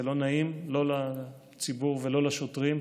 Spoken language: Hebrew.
זה לא נעים לא לציבור ולא לשוטרים,